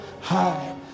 high